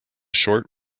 short